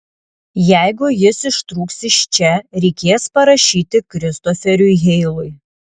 jeigu jis ištrūks iš čia reikės parašyti kristoferiui heilui